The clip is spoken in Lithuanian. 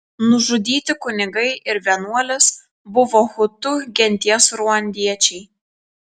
nužudyti kunigai ir vienuolės buvo hutu genties ruandiečiai